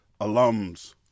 alums